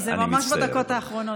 זה ממש בדקות האחרונות.